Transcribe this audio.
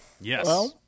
Yes